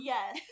Yes